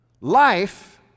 Life